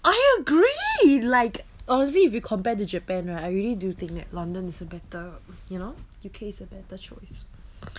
I agree like honestly if you compared to japan right I really do think that london is a better you know your case a better choice